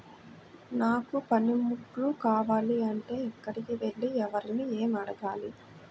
నాకు పనిముట్లు కావాలి అంటే ఎక్కడికి వెళ్లి ఎవరిని ఏమి అడగాలి?